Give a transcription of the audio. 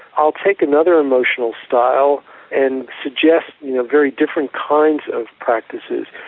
i'll take another emotional style and suggest you know very different kinds of practices.